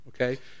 okay